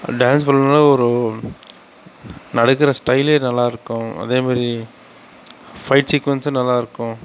dance பண்ணலன்னாலும் அவர் நடக்கிற ஸ்டைலே நல்லா இருக்கும் அதேமாதிரி ஃபைட் சீக்குவென்ஸும் நல்லா இருக்கும்